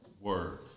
Word